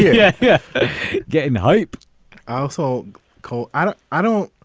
yeah. yeah. gave me hope i also called. i don't i don't.